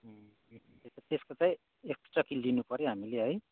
ए त्यसको चाहिँ एक्स्ट्रा लिनुपऱ्यो हामीले है